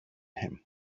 him